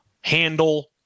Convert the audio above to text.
handle